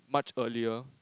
much earlier